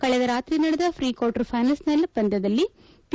ಕಳೆದ ರಾತ್ರಿ ನಡೆದ ಫ್ರೀ ಕ್ವಾರ್ಟರ್ ಫೈನಲ್ಸ್ ಪಂದ್ದದಲ್ಲಿ ಪಿ